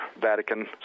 Vatican